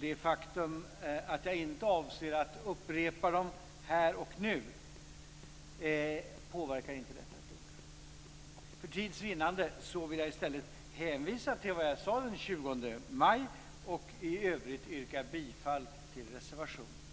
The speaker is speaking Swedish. Det faktum att jag inte avser att upprepa dem här och nu påverkar inte detta ett dugg. För tids vinnande vill jag i stället hänvisa till det jag sade den 20 maj och i övrigt yrka bifall till reservation nr 1.